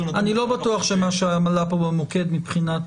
אני לא בטוח שמה שעלה פה במוקד מבחינת